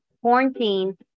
quarantine